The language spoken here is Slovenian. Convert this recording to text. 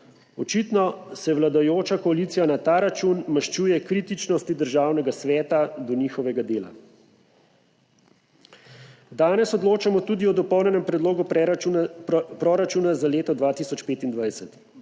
Očitno se vladajoča koalicija na ta račun maščuje kritičnosti Državnega sveta do njihovega dela. Danes odločamo tudi o Dopolnjenem predlogu proračuna za leto 2025.